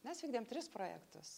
mes vykdėm tris projektus